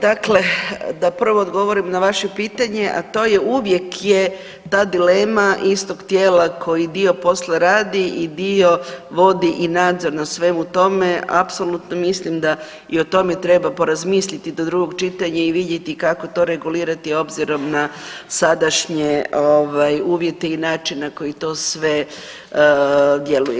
Dakle da prvo odgovorim na vaše pitanje, a to je uvijek je, ta dilema istog tijela koji dio posla radi i dio vodi nadzor na svemu tome, apsolutno mislim da i o tome treba porazmisliti do drugog čitanja i vidjeti kako to regulirati obzirom na sadašnje uvjete i načine na koji to sve djeluje.